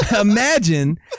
imagine